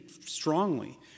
strongly